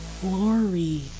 glory